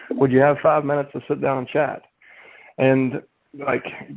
would you have five minutes to sit down and chat and like,